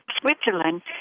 Switzerland